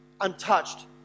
untouched